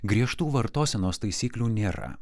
griežtų vartosenos taisyklių nėra